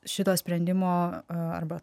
šito sprendimo arba